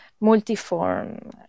multi-form